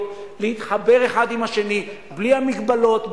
להתחבר האחד עם השני בלי המגבלות,